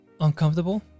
uncomfortable